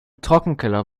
trockenkeller